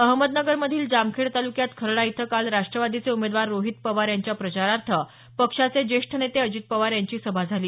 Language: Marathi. अहमदनगरमधील जामखेड तालुक्यात खर्डा इथं काल राष्ट्रवादीचे उमेदवार रोहित पवार यांच्या प्रचारार्थ पक्षाचे ज्येष्ठ नेते अजित पवार यांची सभा झाली